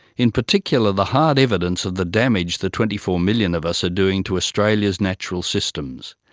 in particular the hard evidence of the damage the twenty four million of us are doing to australia's natural systems.